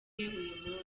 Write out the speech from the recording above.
uyu